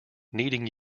needing